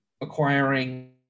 acquiring